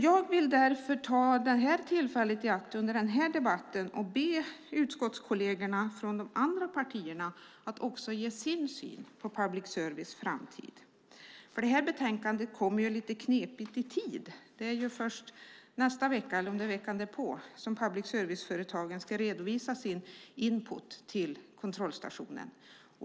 Jag vill därför ta tillfället i akt under denna debatt och be utskottskollegerna från de andra partierna att ge sin syn på framtiden för public service. Detta betänkande kommer nämligen lite knepigt i tiden. Det är först nästa vecka, eller veckan därpå, som public service-företagen ska redovisa sin input till kontrollstationen.